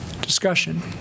Discussion